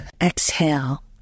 Exhale